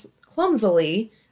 clumsily